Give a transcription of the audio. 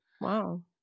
Wow